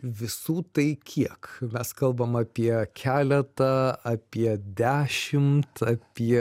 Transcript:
visų tai kiek mes kalbam apie keletą apie dešimt apie